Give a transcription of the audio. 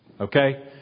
okay